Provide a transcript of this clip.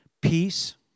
Peace